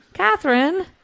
Catherine